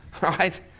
right